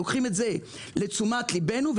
לוקחים את זה לתשומת ליבנו,